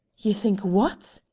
you think what!